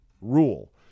rule